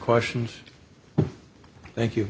question thank you